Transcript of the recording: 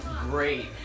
great